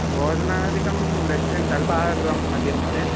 भोजनादिकं रेस्टोरेण्ट् अल्पाहारगृहं मध्ये महोदय